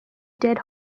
dead